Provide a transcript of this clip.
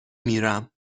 میرم